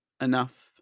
enough